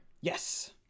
Yes